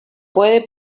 puede